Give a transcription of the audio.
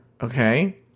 okay